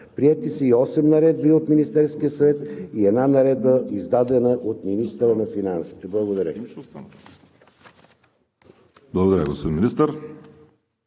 Приети са и осем наредби от Министерския съвет и една наредба, издадена от министъра на финансите. Благодаря